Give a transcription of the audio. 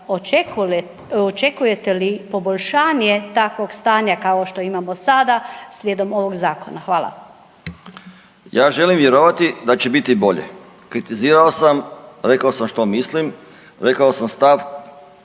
očekujete li poboljšanje takvog stanja kao što imamo sada slijedom ovog zakona? Hvala. **Pavić, Željko (Nezavisni)** Ja želim vjerovati da će biti bolje. Kritizirao sam, rekao sam što mislim, rekao sam stav